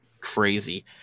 crazy